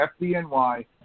FDNY